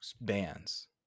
bands